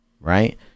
Right